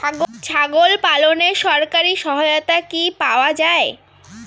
ছাগল পালনে সরকারি সহায়তা কি পাওয়া যায়?